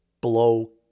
blow